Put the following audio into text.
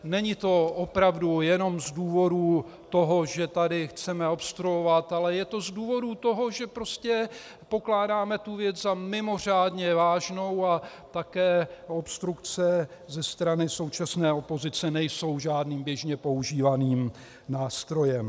Není to jenom z toho důvodu, že tady chceme obstruovat, ale je to z důvodu, že prostě pokládáme tu věc za mimořádně vážnou, a také obstrukce ze strany současné opozice nejsou žádným běžně používaným nástrojem.